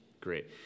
great